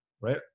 right